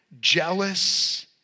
jealous